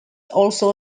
also